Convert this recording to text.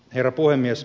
herra puhemies